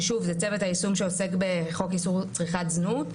ששוב - זה צוות היישום שעוסק בחוק איסור צריכת זנות,